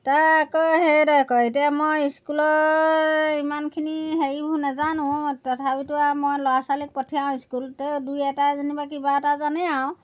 তাৰ আকৌ সেইদৰে কয় এতিয়া মই স্কুলৰ ইমানখিনি হেৰিবোৰ নাজানোঁ তথাপিতো আৰু মই ল'ৰা ছোৱালীক পঠিয়াওঁ স্কুলতে দুই এটা যেনিবা কিবা এটা জানেই আৰু